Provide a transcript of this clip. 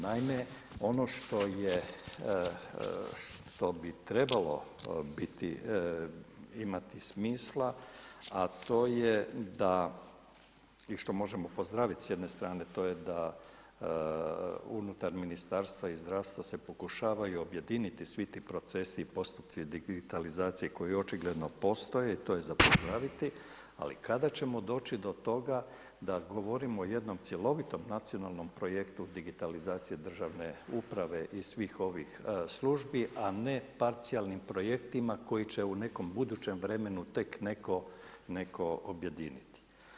Naime, ono što bi trebalo imati smisla, a to je da i što možemo pozdravit s jedne strane, to je da unutar Ministarstva i zdravstva se pokušavaju objediniti svi ti procesi i postupci digitalizacije koji očigledno postoje i to je za pozdraviti, ali kada ćemo doći do toga da govorimo o jednom cjelovitom nacionalnom projektu digitalizacije državne uprave i svih ovih službi, a ne parcijalnim projektima koji će u nekom budućem vremenu tek neko objediniti.